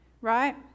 right